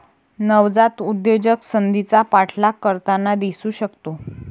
नवजात उद्योजक संधीचा पाठलाग करताना दिसू शकतो